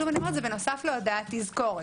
שוב אני אומרת, זה בנוסף להודעת תזכורת.